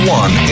one